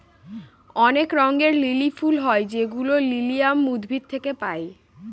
অনেক রঙের লিলি ফুল হয় যেগুলো লিলিয়াম উদ্ভিদ থেকে পায়